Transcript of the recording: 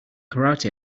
karate